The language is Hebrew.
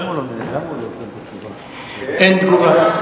אין תגובה.